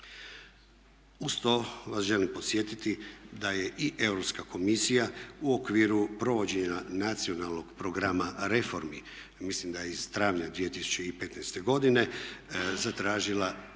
Uz to vas želim podsjetiti da je i Europska komisija u okviru provođenja nacionalnog programa reformi, mislim da je iz travnja 2015. godine, zatražila